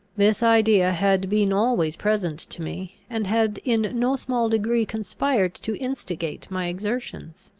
this idea had been always present to me, and had in no small degree conspired to instigate my exertions.